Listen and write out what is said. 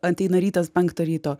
ateina rytas penktą ryto